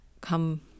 come